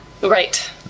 Right